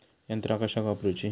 यंत्रा कशाक वापुरूची?